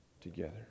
together